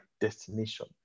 destination